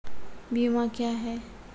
बीमा क्या हैं?